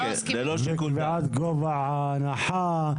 בקביעת גובה ההנחה,